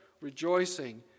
rejoicing